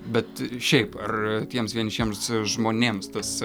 bet šiaip ar tiems vienišiems žmonėms tas